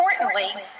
importantly